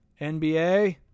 NBA